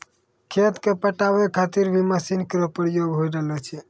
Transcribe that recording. खेत क पटावै खातिर भी मसीन केरो प्रयोग होय रहलो छै